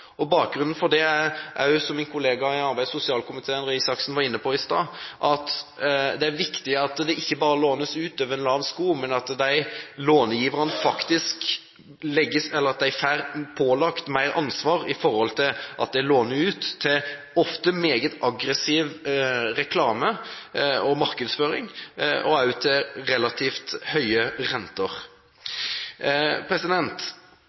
Bakgrunnen for det er – som også min kollega i arbeids- og sosialkomiteen, Røe Isaksen, var inne på i sted – at det er viktig at det ikke bare lånes ut over en lav sko, men at långiverne blir pålagt mer ansvar med tanke på at de ofte låner ut ved hjelp av meget aggressiv reklame og markedsføring og også til relativt høye